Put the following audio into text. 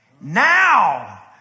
Now